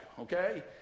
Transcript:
okay